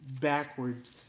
backwards